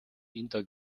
indo